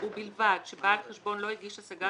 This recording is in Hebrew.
ובלבד שבעל החשבון לא הגיש השגה,